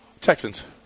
Texans